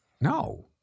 No